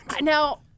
Now